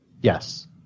Yes